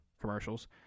commercials